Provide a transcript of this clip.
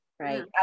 Right